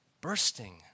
bursting